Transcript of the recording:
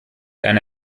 eine